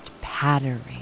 pattering